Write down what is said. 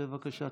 בבקשה.